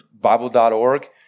Bible.org